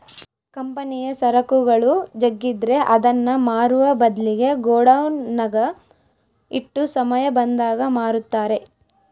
ಕಂಪನಿಯ ಸರಕುಗಳು ಜಗ್ಗಿದ್ರೆ ಅದನ್ನ ಮಾರುವ ಬದ್ಲಿಗೆ ಗೋಡೌನ್ನಗ ಇಟ್ಟು ಸಮಯ ಬಂದಾಗ ಮಾರುತ್ತಾರೆ